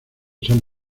son